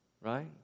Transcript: Right